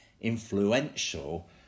influential